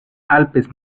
alpes